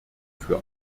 für